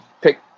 pick